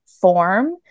form